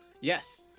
Yes